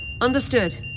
Understood